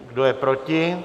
Kdo je proti?